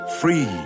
Free